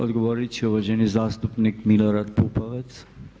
Odgovorit će uvaženi zastupnik Milorad Pupovac.